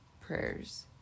prayers